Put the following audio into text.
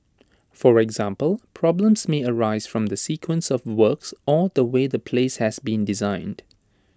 for example problems may arise from the sequence of works or the way the place has been designed